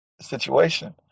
situation